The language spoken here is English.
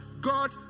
God